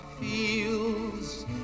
feels